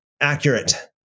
accurate